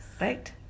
Right